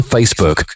Facebook